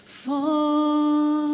fall